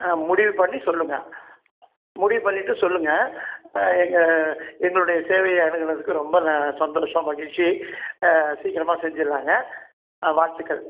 ஆ முடிவு பண்ணி சொல்லுங்கள் முடிவு பண்ணிவிட்டு சொல்லுங்கள் எங்கள் எங்களுடைய சேவையை அனுகுணதுக்கு ரொம்ப சந்தோஷம் மகிழ்ச்சி சீக்கிரமாக செஞ்சிடலாம்ங்க வாழ்த்துக்கள்